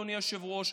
אדוני היושב-ראש,